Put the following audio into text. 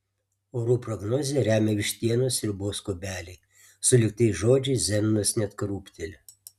orų prognozę remia vištienos sriubos kubeliai sulig tais žodžiais zenonas net krūpteli